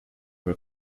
were